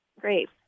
Great